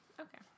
okay